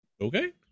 Okay